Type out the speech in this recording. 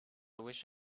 wished